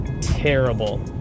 terrible